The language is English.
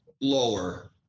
lower